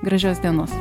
gražios dienos